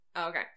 Okay